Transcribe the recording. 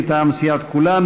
מטעם סיעת כולנו.